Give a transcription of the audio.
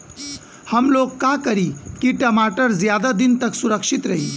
हमलोग का करी की टमाटर ज्यादा दिन तक सुरक्षित रही?